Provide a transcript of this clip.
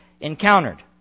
encountered